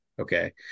okay